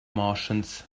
martians